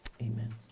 amen